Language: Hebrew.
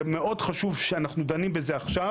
זה מאוד חשוב שאנחנו דנים בזה עכשיו